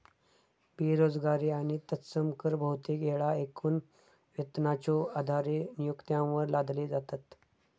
बेरोजगारी आणि तत्सम कर बहुतेक येळा एकूण वेतनाच्यो आधारे नियोक्त्यांवर लादले जातत